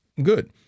good